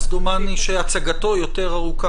דומני שהצגתו יותר ארוכה